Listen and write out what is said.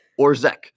Orzek